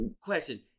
Question